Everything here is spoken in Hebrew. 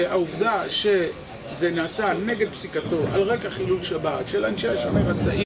העובדה שזה נעשה נגד פסיקתו, על רקע חילול שבת, של אנשי השומר הצעיר...